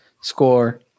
Score